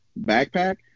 backpack